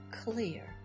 clear